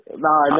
No